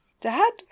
Dad